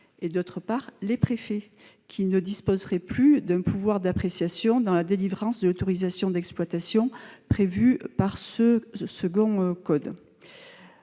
mais encore les préfets, qui ne disposeraient plus d'un pouvoir d'appréciation dans la délivrance de l'autorisation d'exploitation prévue par ce second code.